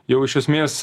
jau iš esmės